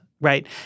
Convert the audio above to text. right